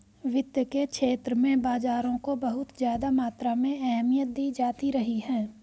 वित्त के क्षेत्र में बाजारों को बहुत ज्यादा मात्रा में अहमियत दी जाती रही है